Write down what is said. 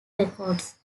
records